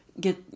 get